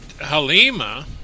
Halima